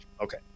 Okay